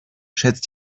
schätzt